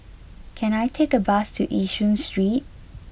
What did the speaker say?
can I take a bus to Yishun Street